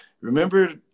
remember